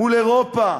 מול אירופה.